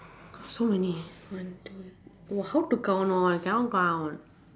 so many one two !wah! how to count lor I cannot count